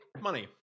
money